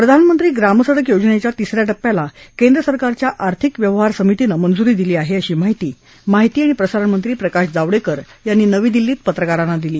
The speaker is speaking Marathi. प्रधानमंत्री ग्रामसडक योजनेच्या तिस या टप्प्याला केंद्रसरकारच्या आर्थिक व्यवहार समितीनं मंजूरी दिली आहे अशी माहिती माहिती आणि प्रसारणमंत्री प्रकाश जावडेकर यांनी नवी दिल्ली ॐ पत्रकारांना दिली